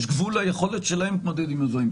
יש גבול ליכולת שלהם להתמודד עם הדברים.